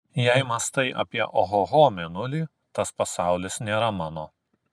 jei mąstai apie ohoho mėnulį tas pasaulis nėra mano